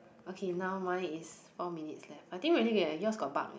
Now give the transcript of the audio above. okay now mine is four minutes left I think really eh yours got bug eh